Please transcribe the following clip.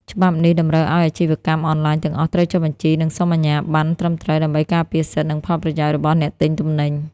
ច្បាប់នេះតម្រូវឱ្យអាជីវកម្មអនឡាញទាំងអស់ត្រូវចុះបញ្ជី និងសុំអាជ្ញាបណ្ណត្រឹមត្រូវ ដើម្បីការពារសិទ្ធិ និងផលប្រយោជន៍របស់អ្នកទិញទំនិញ។